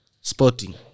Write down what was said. Sporting